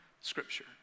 scripture